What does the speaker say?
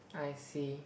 I see